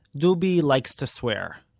dubi likes to swear.